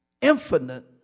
infinite